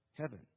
heaven